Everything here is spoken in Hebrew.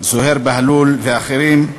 זוהיר בהלול ואחרים,